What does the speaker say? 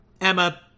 Emma